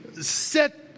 set